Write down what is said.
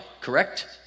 correct